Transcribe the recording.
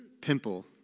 pimple